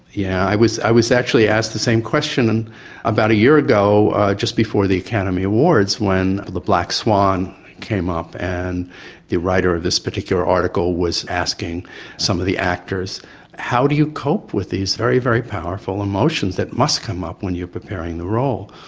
yeah i was i was actually asked the same question about a year ago just before the academy awards when the black swan came up and the writer of this particular article was asking some of the actors how do you cope with these very, very powerful emotions that must come up when you're preparing the role.